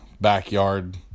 backyard